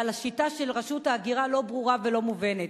אבל השיטה של רשות ההגירה לא ברורה ולא מובנת,